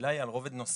השאלה היא על רובד נוסף,